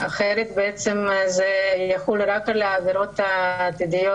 אחרת זה יחול רק על העבירות העתידיות,